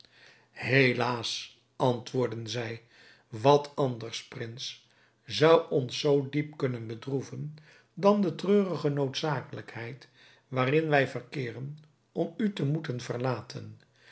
helaas antwoordden zij wat anders prins zou ons zoo diep kunnen bedroeven dan de treurige noodzakelijkheid waarin wij verkeeren om u te moeten verlaten